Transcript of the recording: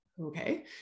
Okay